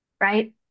right